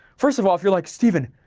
first of all, you're like, stephen,